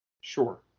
Sure